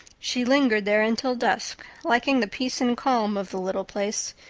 she lingered there until dusk, liking the peace and calm of the little place,